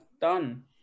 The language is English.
done